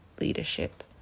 leadership